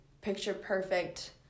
picture-perfect